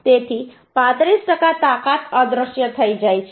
તેથી 35 ટકા તાકાત અદૃશ્ય થઈ જાય છે